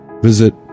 visit